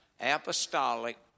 apostolic